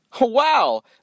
Wow